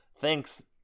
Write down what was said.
Thanks